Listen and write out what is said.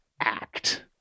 Act